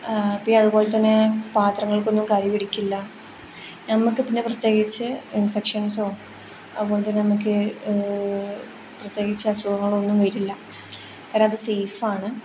പിന്നെ അതുപോലെത്തന്നെ പാത്രങ്ങൾക്കൊന്നും കരി പിടിക്കില്ല നമുക്ക് പിന്നെ പ്രത്യേകിച്ച് ഇൻഫെക്ഷൻസോ അതുപോലെതന്നെ നമുക്ക് പ്രത്യേകിച്ച് അസുഖങ്ങളൊന്നും വരില്ല കാരണം അത് സേഫാണ്